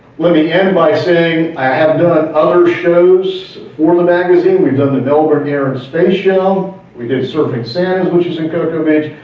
let me end by saying, i have done other shows, for the magazine, we've done the melver air and space show, we did surfing santas, which is in cocoa beach.